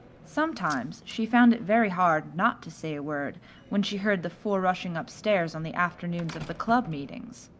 sometimes she found it very hard not to say a word when she heard the four rushing upstairs on the afternoons of the club meetings.